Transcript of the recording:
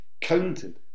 counted